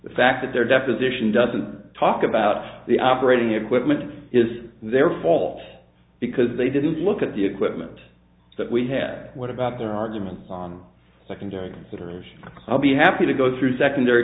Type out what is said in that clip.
the fact that they're deposition doesn't talk about the operating equipment is their fault because they didn't look at the equipment that we had what about their arguments on secondary consideration i'll be happy to go through secondary